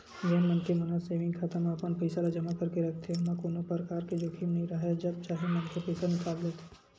जेन मनखे मन ह सेंविग खाता म अपन पइसा ल जमा करके रखथे ओमा कोनो परकार के जोखिम नइ राहय जब चाहे मनखे पइसा निकाल लेथे